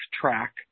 track